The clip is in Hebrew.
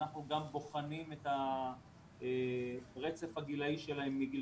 שאנחנו גם בוחנים את הרצף הגילאי שלהם מגיל